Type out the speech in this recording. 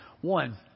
One